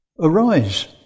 Arise